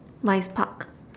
mine's park